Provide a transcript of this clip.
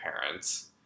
parents